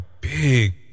big